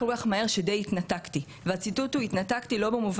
ואני חושבת שזה משהו שחייב להיכלל בחקיקה.